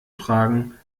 fragen